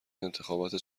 انتخابات